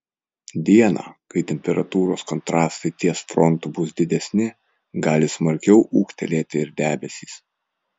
dieną kai temperatūros kontrastai ties frontu bus didesni gali smarkiau ūgtelėti ir debesys